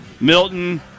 Milton